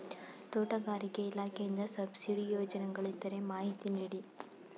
ತೋಟಗಾರಿಕೆ ಇಲಾಖೆಯಿಂದ ಸಬ್ಸಿಡಿ ಯೋಜನೆಗಳಿದ್ದರೆ ಮಾಹಿತಿ ನೀಡಿ?